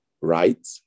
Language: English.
Right